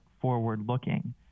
forward-looking